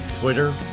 Twitter